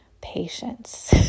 patience